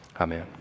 Amen